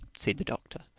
said the doctor,